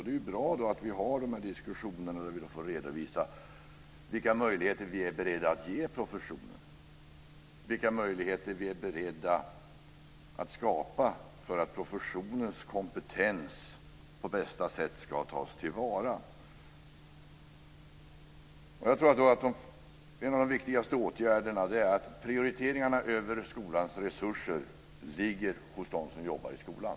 Det är då bra att vi har dessa diskussioner där vi får redovisa vilka möjligheter vi är beredda att skapa för att professionens kompetens på bästa sätt ska tas till vara. Jag tror att en av de viktigaste åtgärderna är att man ser till att prioriteringarna av skolans resurser görs av dem som jobbar i skolan.